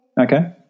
Okay